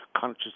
conscious